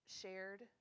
shared